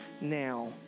now